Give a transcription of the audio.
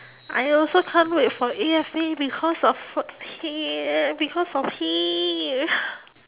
I also can't wait for A_F_A because of h~ he because of he